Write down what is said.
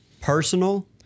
Personal